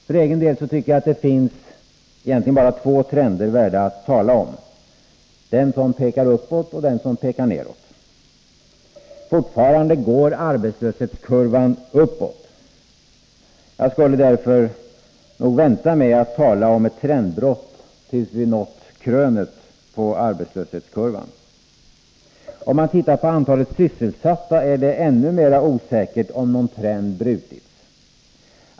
För egen del tycker jag att det egentligen bara finns två trender värda att tala om— den som pekar uppåt, och den som pekar nedåt. Fortfarande går arbetslöshetskurvan uppåt. Jag skulle därför vänta med att tala om ett trendbrott till dess att krönet på arbetslöshetskurvan nåtts. Om man tittar på antalet sysselsatta är det ännu mera osäkert om någon trend brutits.